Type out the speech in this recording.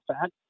fat